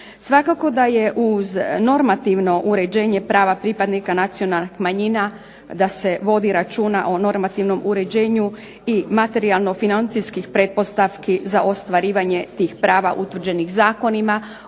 Svakako da je uz normativno uređenja prava pripadnika nacionalnih manjina, da se vodi računa o normativnom uređenju i materijalno-financijskih pretpostavki za ostvarivanje tih prava utvrđenih zakonima,